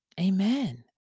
Amen